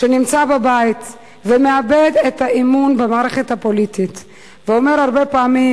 שנמצא בבית ומאבד את האמון במערכת הפוליטית ואומר הרבה פעמים: